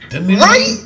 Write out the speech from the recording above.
Right